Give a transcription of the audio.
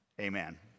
Amen